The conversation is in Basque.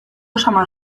samar